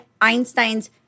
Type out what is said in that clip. Einstein's